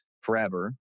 forever